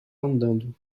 andando